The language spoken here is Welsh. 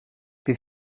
bydd